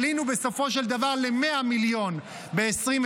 עלינו בסופו של דבר ל-100 מיליון ב-2026,